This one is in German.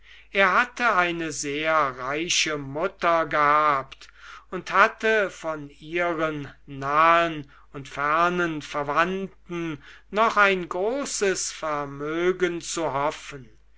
er hatte eine sehr reiche mutter gehabt und hatte von ihren nahen und fernen verwandten noch ein großes vermögen zu hoffen